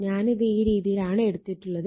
ഞാനിത് ഈ രീതിയിലാണ് എടുത്തിട്ടുള്ളത്